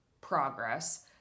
progress